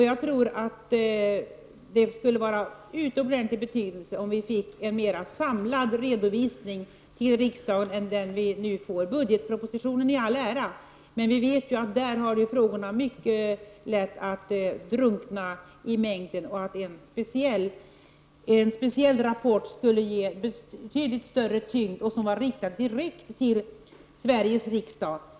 Jag tror att det skulle vara av mycket stor betydelse om vi fick en mera samlad redovisning till riksdagen än den vi nu får. Budgetpropositionen i all ära, men vi vet ju att frågorna har mycket lätt att drunkna i mängden och att en speciell rapport som var riktad direkt till Sveriges riksdag skulle ge en betydligt större tyngd åt frågorna.